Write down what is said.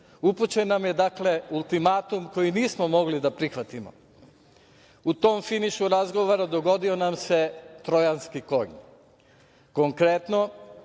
upućen nam je ultimatum koji nismo mogli da prihvatimo. U tom finišu razgovora dogodio nam se Trojanski konj. Konkretno,